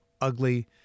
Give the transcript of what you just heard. ugly